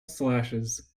slashes